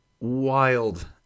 wild